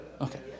Okay